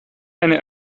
eine